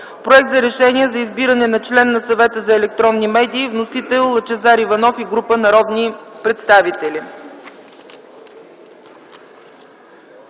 Проект за Решение за избиране на член на Съвета за електронни медии. Вносители са Лъчезар Иванов и група народни представители.